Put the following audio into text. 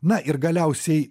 na ir galiausiai